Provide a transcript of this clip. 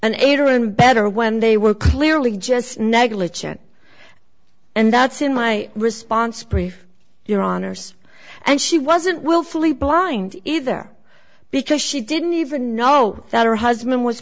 aider and abettor when they were clearly just negligent and that's in my response brief your honour's and she wasn't willfully blind either because she didn't even know that her husband was